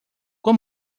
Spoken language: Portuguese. com